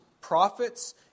prophets